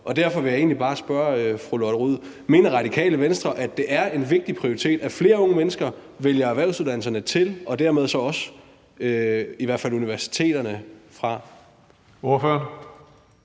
Derfor vil jeg bare spørge fru Lotte Rod: Mener Radikale Venstre, at det er en vigtig prioritet, at flere unge mennesker vælger erhvervsuddannelserne til og dermed så også vælger i hvert fald universiteterne fra? Kl.